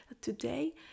Today